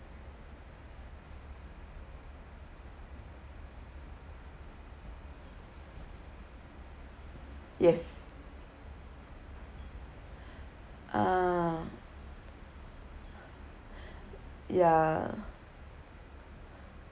yes ah ya